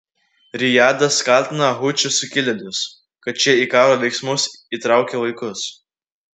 rijadas kaltina hučių sukilėlius kad šie į karo veiksmus įtraukia vaikus